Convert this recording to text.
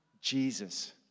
Jesus